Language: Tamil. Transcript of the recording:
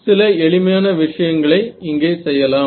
சில எளிமையான விஷயங்களை இங்கே செய்யலாம்